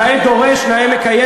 נאה דורש, נאה מקיים.